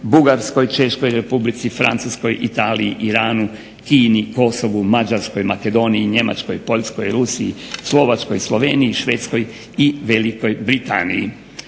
Bugarskoj, Češkoj Republici, Francuskoj, Italiji, Iranu, Kini, Kosovu, Mađarskoj, Makedoniji, Njemačkoj, Poljskoj, Rusiji, Slovačkoj, Sloveniji, Švedskoj i Velikoj Britaniji.